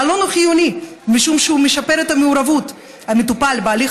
העלון הוא חיוני משום שהוא משפר את מעורבות המטופל בהליך